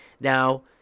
Now